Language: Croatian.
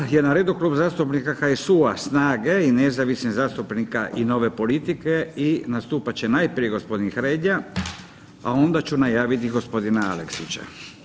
Sada je na redu Klub zastupnika HSU-a, SNAGE i nezavisnih zastupnika i Nove politike i nastupat će najprije gospodin Hrelja, a onda ću najaviti gospodina Aleksića.